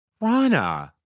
Rana